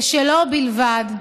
ושלו בלבד.